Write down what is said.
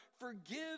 forgive